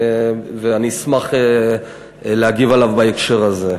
ואני אשמח להגיב עליו בהקשר הזה.